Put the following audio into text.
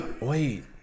Wait